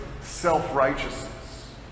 self-righteousness